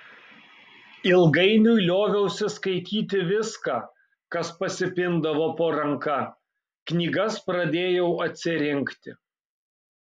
ilgainiui lioviausi skaityti viską kas pasipindavo po ranka knygas pradėjau atsirinkti